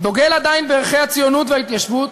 דוגל עדיין בערכי הציונות וההתיישבות,